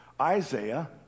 Isaiah